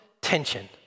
tension